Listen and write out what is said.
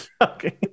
okay